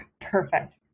perfect